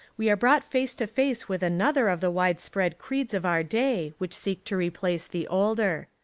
we are brought face to face with another of the wide-spread creeds of our day, which seek to replace the older.